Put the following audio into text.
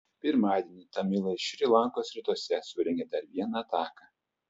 pirmadienį tamilai šri lankos rytuose surengė dar vieną ataką